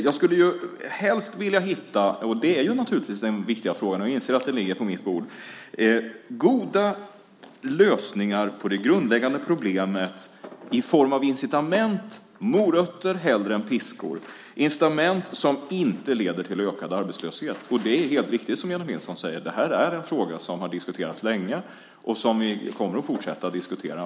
Jag skulle helst vilja hitta - det är naturligtvis den viktiga frågan, och jag inser att den ligger på mitt bord - goda lösningar på det grundläggande problemet i form av incitament, morötter hellre än piskor, incitament som inte leder till ökad arbetslöshet. Det som Jennie Nilsson säger är helt riktigt: Det här är en fråga som vi har diskuterat länge och som vi kommer att fortsätta att diskutera.